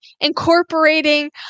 incorporating